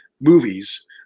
movies